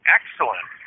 Excellent